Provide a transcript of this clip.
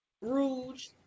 rouge